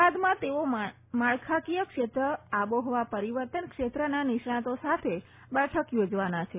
બાદમાં તેઓ માળખાંકીય ક્ષેત્ર આબોહવા પરિવર્તન ક્ષેત્રના નિષ્ણાંતો સાથે બેઠક યોજવાના છે